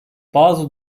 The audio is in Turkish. bazı